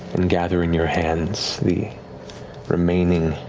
and gather in your hands the remaining